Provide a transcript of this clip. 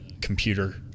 computer